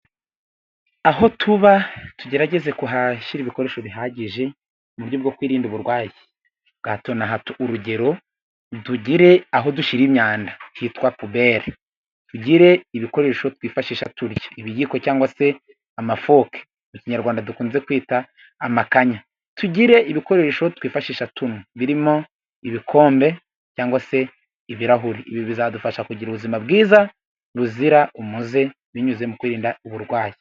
Aho tuba tugerageza kuhashyira ibikoresho bihagije mu buryo bwo kwirinda uburwayi bwa hato na hato urugero dugire aho dushyira imyanda hitwa pubele, tugire ibikoresho twifashisha turya ibiyiko cyangwa se amafoke mu Kinyarwanda dukunze kwita amakanya tugire ibikoresho twifashisha tunywa birimo ibikombe cyangwa se ibirahuri. Ibi bizadufasha kugira ubuzima bwiza buzira umuze binyuze mu kwirinda uburwayi.